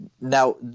Now